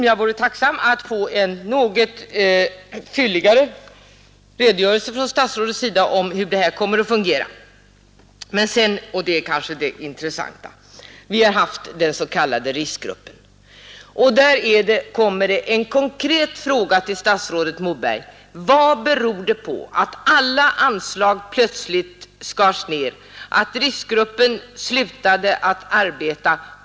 Jag vore tacksam att få en något fylligare redogörelse från statsrådet om hur det här kommer att fungera. Men sedan — och det är kanske det intressanta — har vi haft den s.k. RISK-gruppen och här kommer en konkret fråga till statsrådet Moberg: Vad beror det på att alla anslag plötsligt skars ned, så att RISK-gruppen slutade att arbeta?